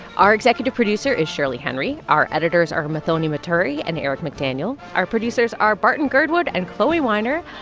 our executive producer is shirley henry. our editors are muthoni muturi and eric mcdaniel. our producers are barton girdwood and chloee weiner.